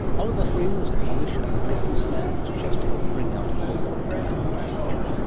oliver freeman is a publisher and business man who has just helped bring out a book about the future.